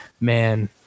man